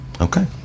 Okay